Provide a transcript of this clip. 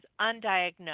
undiagnosed